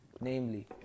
namely